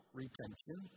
retention